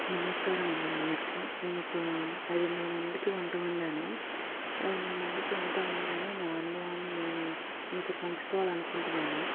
నమస్కారమండి అందరికి నేను ఒక ఐదు వందల మందికి వంట వండాను ఐదు వందల మందికి వంట వండాను నా అనుభవాన్ని నేను మీతో పంచుకోవాలి అని అనుకుంటున్నాను